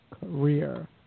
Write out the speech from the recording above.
career